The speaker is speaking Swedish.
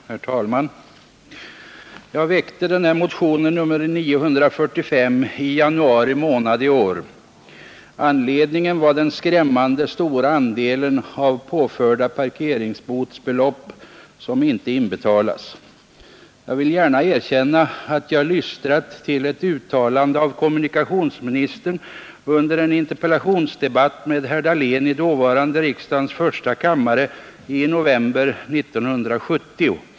Herr talman! Jag väckte denna motion, nr 945, i januari månad i år. Anledningen var den skrämmande stora andelen av påförda parkeringsbotsbelopp som inte inbetalats. Jag vill gärna erkänna att jag lystrat till ett uttalande av kommunikationsministern under en interpellationsdebatt med herr Dahlén i dåvarande riksdagens första kammare i november 1970.